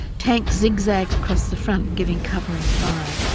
tanks zigzag across the front giving covering fire.